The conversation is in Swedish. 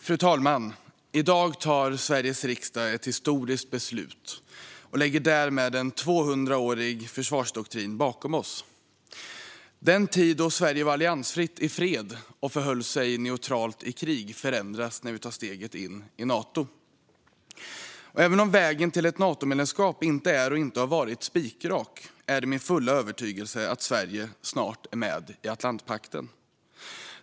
Fru talman! I dag tar Sveriges riksdag ett historiskt beslut och lägger därmed en tvåhundraårig försvarsdoktrin bakom oss. Den tid då Sverige var alliansfritt i fred och förhöll sig neutralt i krig förändras när vi tar steget in i Nato. Även om vägen till Natomedlemskap inte är, och inte har varit, spikrak är det min fulla övertygelse att Sverige snart är med i Atlantpakten.